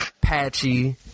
patchy